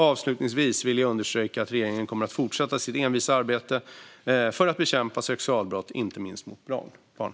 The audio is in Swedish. Avslutningsvis vill jag understryka att regeringen kommer att fortsätta sitt envisa arbete för att bekämpa sexualbrott, inte minst mot barn.